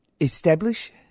establish